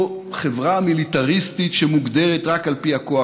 חברה מיליטריסטית שמוגדרת רק על פי הכוח.